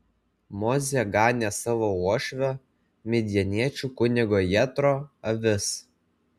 mozė ganė savo uošvio midjaniečių kunigo jetro avis